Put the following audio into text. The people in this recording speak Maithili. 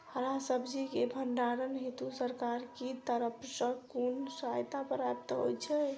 हरा सब्जी केँ भण्डारण हेतु सरकार की तरफ सँ कुन सहायता प्राप्त होइ छै?